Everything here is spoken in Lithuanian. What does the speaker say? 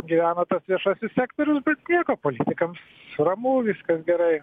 gyvena viešasis sektorius bet nieko politikams ramu viskas gerai